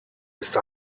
ist